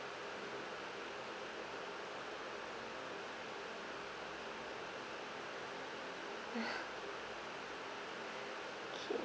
ya okay